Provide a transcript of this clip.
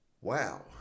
Wow